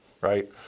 Right